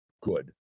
good